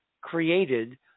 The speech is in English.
created